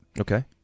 okay